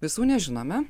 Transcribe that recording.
visų nežinome